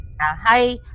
Hi